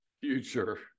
future